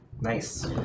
Nice